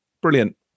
Brilliant